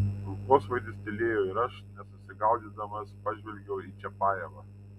kulkosvaidis tylėjo ir aš nesusigaudydamas pažvelgiau į čiapajevą